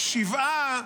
שבעה,